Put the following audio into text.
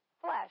flesh